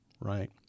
right